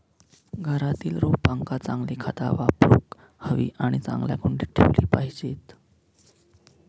घरातील रोपांका चांगली खता वापरूक हवी आणि चांगल्या कुंडीत ठेवली पाहिजेत